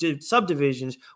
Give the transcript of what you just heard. subdivisions